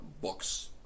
books